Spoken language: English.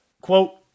Quote